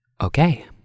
Okay